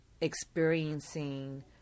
experiencing